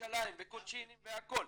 וקוצ'ינים והכול.